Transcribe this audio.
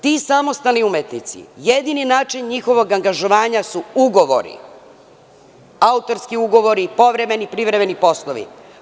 Ti samostalni umetnici, jedini način njihovog angažovanja su ugovori, autorski ugovori, povremeni, privremeni poslovi.